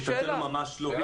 לשיטתנו ממש לא.